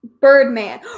Birdman